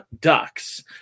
Ducks